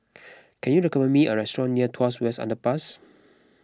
can you recommend me a restaurant near Tuas West Underpass